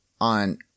on